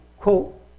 quote